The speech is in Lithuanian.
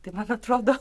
tai man atrodo